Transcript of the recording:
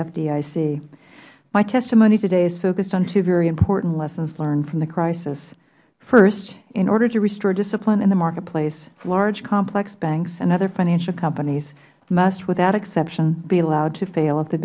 fdic my testimony today is focused on two very important lessons learned from the crisis first in order to restore discipline in the marketplace large complex banks and other financial companies must without exception be allowed to fail